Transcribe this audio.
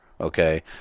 okay